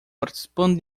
participando